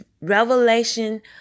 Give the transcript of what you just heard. revelation